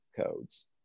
codes